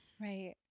Right